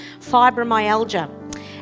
fibromyalgia